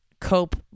cope